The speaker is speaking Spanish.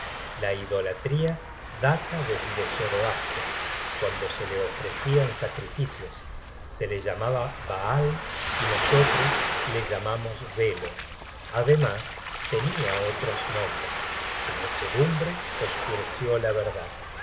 la idolatría data desde zoroastro cuando se le ofrecian sacrificios se le llamaba baal y nosotros le llamamos belo ademas tenia otros nombres su muchedumbre oscureció la verdad